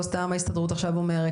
לא סתם ההסתדרות עכשיו אומרת,